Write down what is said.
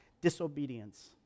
disobedience